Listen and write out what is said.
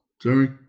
sorry